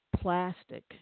plastic